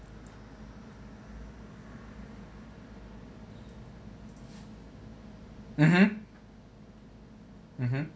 mmhmm mmhmm